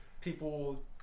people